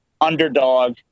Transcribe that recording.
underdog